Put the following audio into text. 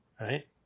Right